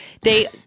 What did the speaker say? They-